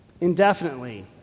indefinitely